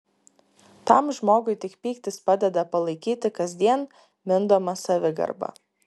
tam žmogui tik pyktis padeda palaikyti kasdien mindomą savigarbą